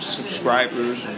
subscribers